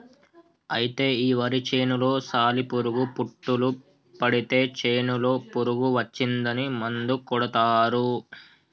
అయితే ఈ వరి చేనులో సాలి పురుగు పుట్టులు పడితే చేనులో పురుగు వచ్చిందని మందు కొడతారు